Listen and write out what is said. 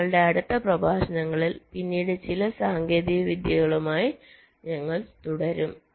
അതിനാൽ ഞങ്ങളുടെ അടുത്ത പ്രഭാഷണങ്ങളിൽ പിന്നീട് ചില സാങ്കേതിക വിദ്യകളുമായി ഞങ്ങൾ തുടരും